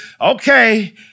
okay